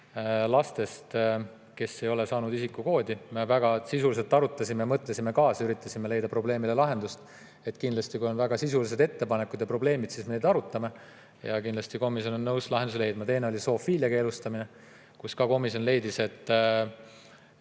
lapsed ei ole saanud isikukoodi. Me väga sisuliselt arutasime ja mõtlesime kaasa, üritasime leida probleemile lahendust. Kui on väga sisulised ettepanekud ja probleemid, siis me kindlasti neid arutame ja kindlasti on komisjon nõus lahendusi leidma. Teine oli zoofiilia keelustamine, mille puhul komisjon leidis, et